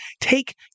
take